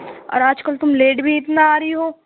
اور آج کل تم لیٹ بھی اتنا آ رہی ہو